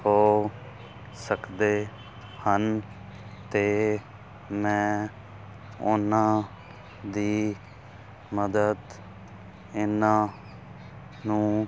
ਹੋ ਸਕਦੇ ਹਨ ਅਤੇ ਮੈਂ ਉਹਨਾਂ ਦੀ ਮਦਦ ਇਹਨਾਂ ਨੂੰ